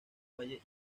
valle